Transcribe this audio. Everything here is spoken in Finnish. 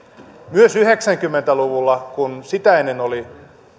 myös yhdeksänkymmentä luvulla kun sitä ennen oli